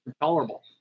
tolerable